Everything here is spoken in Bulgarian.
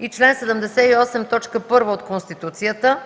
1 и чл. 78, т. 1 от Конституцията: